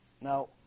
Now